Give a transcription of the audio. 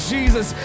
Jesus